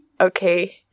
okay